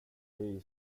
dig